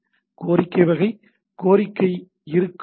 கோரிக்கை வகை கோரிக்கை இருக்கும் யு